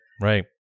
right